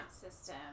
System